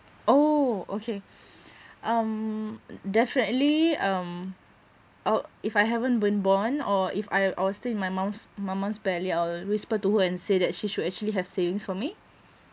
oh okay um definitely um I'd if I haven't been born or if I I was still in my mum's my mum's belly I will whisper to her and say that she should actually have savings for me